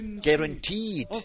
guaranteed